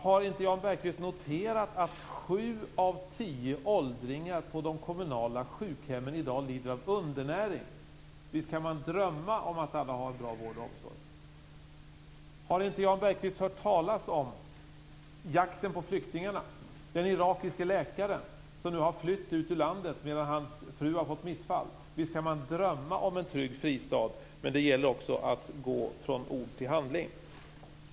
Har inte Jan Bergqvist noterat att sju av tio åldringar på de kommunala sjukhemmen i dag lider av undernäring? Visst kan man drömma om att alla har en bra vård och omsorg! Har inte Jan Bergqvist hört talas om jakten på flyktingarna, om den irakiske läkare som flytt ur landet och vars fru har fått missfall? Visst kan man drömma om en trygg fristad, men det gäller också att gå från ord till handling!